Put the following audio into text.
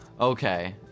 Okay